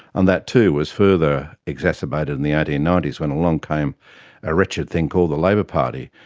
and that too was further exacerbated in the eighteen ninety s when along came a wretched thing called the labour party.